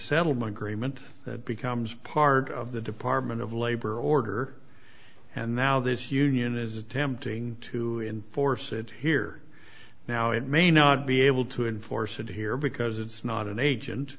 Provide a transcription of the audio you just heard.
settlement agreement becomes part of the department of labor order and though this union is tempting to enforce it here now it may not be able to enforce it here because it's not an agent